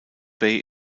bay